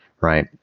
right